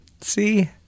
See